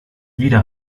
wieder